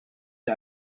the